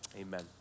amen